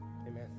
Amen